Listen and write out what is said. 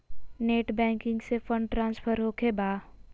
Net banking से fund transfer होखें बा?